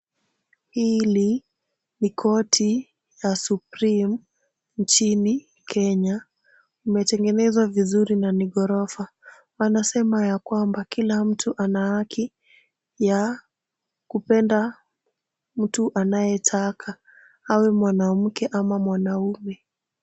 Hili ni koti la Supreme nchini Kenya, umetengenezwa vizuri na ni ghorofa. Wanasema ya kwamba kila mtu ana haki ya kupenda mtu anayetaka, awe mwanamke ama mwanaume.